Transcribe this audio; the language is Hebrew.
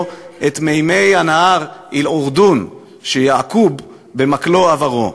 / את מימי הנהר אל-אורדון / שיעקב במקלו עברו.